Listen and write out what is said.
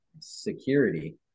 security